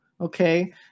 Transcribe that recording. Okay